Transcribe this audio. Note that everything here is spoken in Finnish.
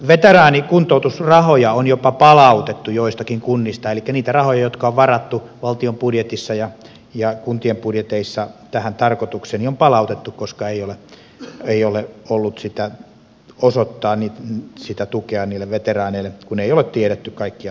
veteraanikuntoutusrahoja on jopa palautettu joistakin kunnista elikkä niitä rahoja jotka on varattu valtion budjetissa ja kuntien budjeteissa tähän tarkoitukseen on palautettu koska ei ole voitu osoittaa sitä tukea niille veteraaneille kun ei ole tiedetty kaikkia tarpeessa olevia